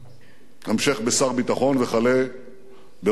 המשך בשר ביטחון וכלה בראש הממשלה.